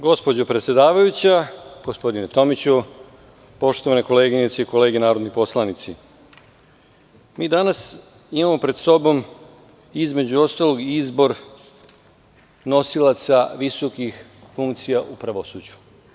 Gospođo predsedavajuća, gospodine Tomiću, poštovane koleginice i kolege narodni poslanici, mi danas imamo pred sobom između ostalog izbor nosilaca visokih funkcija u pravosuđu.